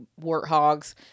warthogs